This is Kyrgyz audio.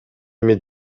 эми